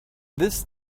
this